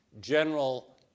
general